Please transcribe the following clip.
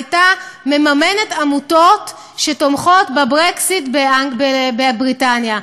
הייתה מממנת עמותות שתומכות בברקזיט בבריטניה.